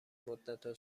مدتها